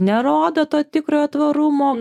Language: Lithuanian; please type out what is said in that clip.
nerodo to tikrojo tvarumo